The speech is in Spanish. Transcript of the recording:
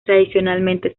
tradicionalmente